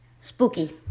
spooky